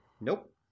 nope